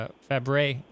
Fabre